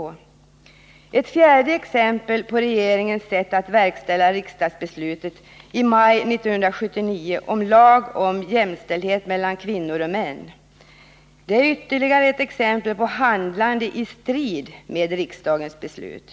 Ett fjärde exempel är regeringens sätt att verkställa riksdagsbeslutet i maj 1979 om lag om jämställdhet mellan kvinnor och män. Det är ytterligare ett exempel på handlande i strid med riksdagens beslut.